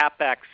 CapEx